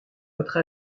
votre